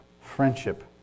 friendship